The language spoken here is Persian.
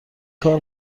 کار